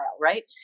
right